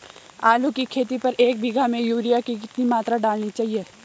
आलू की खेती पर एक बीघा में यूरिया की कितनी मात्रा डालनी चाहिए?